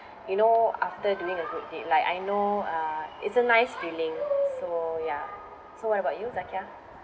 you know after doing a good deed like I know uh it's a nice feeling so ya so what about you zakiah